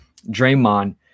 Draymond